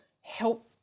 help